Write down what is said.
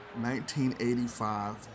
1985